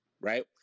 right